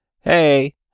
Hey